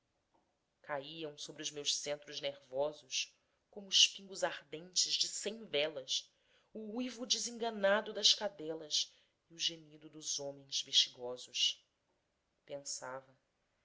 caíam sobre os meus centros nervosos como os pingos ardentes de cem velas o uivo desenganado das cadelas e o gemido dos homens bexigosos pensava